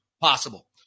possible